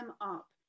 up